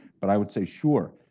but i would say sure,